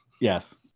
Yes